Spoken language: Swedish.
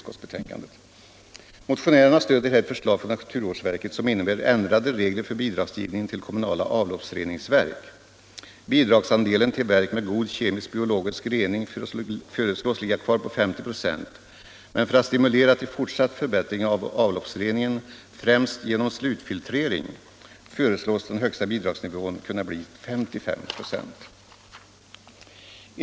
rening föreslås ligga kvar på 50 96, men för att stimulera till fortsatt förbättring av avloppsreningen, främst genom slutfiltrering, föreslås den högsta bidragsnivån kunna bli 55 96.